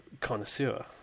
connoisseur